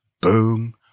boom